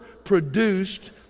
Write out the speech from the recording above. produced